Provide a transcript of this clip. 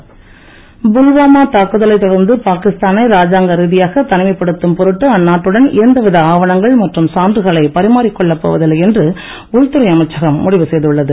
உள்துறை புல்வாமா தாக்குதலை தொடர்ந்து பாகிஸ்தானை ராஜாங்க ரீதியாக தனிமைப்படுத்தும் பொருட்டு அந்நாட்டுடன் எந்த வித ஆவணங்கள் மற்றும் சான்றுகளை பரிமாரிக்கொள்ளப் போவதில்லை என்று உள்துறை அமைச்சகம் முடிவுசெய்துள்ளது